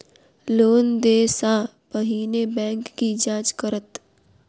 Loan देय सा पहिने बैंक की जाँच करत?